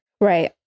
Right